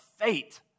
fate